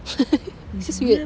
it's weird